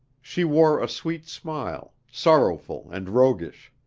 she wore a sweet smile, sorrowful and roguish.